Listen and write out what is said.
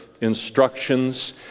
instructions